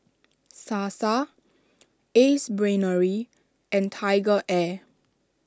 Sasa Ace Brainery and TigerAir